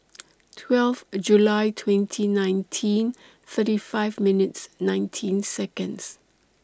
twelve A July twenty nineteen thirty five minutes nineteen Seconds